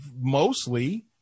mostly